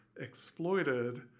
exploited